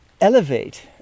elevate